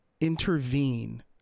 intervene